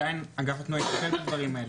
עדיין אגף התנועה יטפל בדברים האלה,